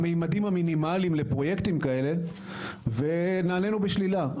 הממדים המינימליים לפרויקטים כאלה ונענינו בשלילה.